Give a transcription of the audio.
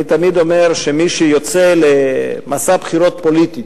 אני תמיד אומר שמי שיוצא למסע בחירות פוליטי